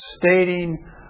stating